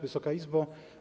Wysoka Izbo!